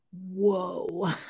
Whoa